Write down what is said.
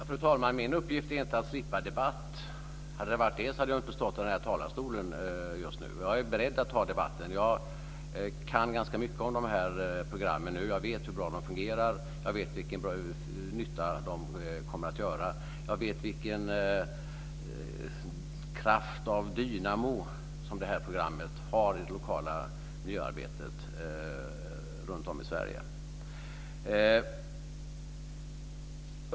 Fru talman! Min uppgift är inte att slippa debatt. Hade det varit det så hade jag inte stått i den här talarstolen just nu. Jag är beredd att ta debatten. Jag kan ganska mycket om dessa program, jag vet hur bra de fungerar, jag vet vilken nytta de kommer att göra, och jag vet vilken kraft av dynamo som det här programmet har i det lokala miljöarbetet runtom i Sverige.